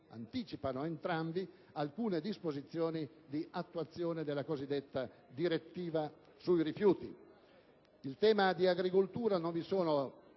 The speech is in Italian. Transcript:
anticipano alcune disposizioni di attuazione della direttiva sui rifiuti. In tema di agricoltura non vi sono